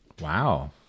Wow